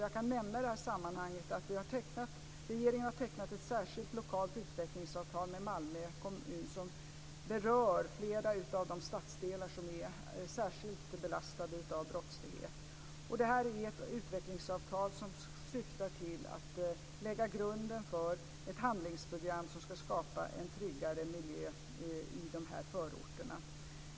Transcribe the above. Jag kan i det sammanhanget nämna att regeringen har tecknat ett särskilt lokalt utvecklingsavtal med Malmö kommun som berör flera av de stadsdelar som är särskilt belastade av brottslighet. Det är ett utvecklingsavtal som syftar till att lägga grunden för ett handlingsprogram som ska skapa en tryggare miljö i de här förorterna.